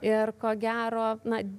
ir ko gero na